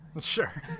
Sure